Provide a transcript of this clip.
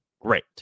great